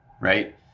right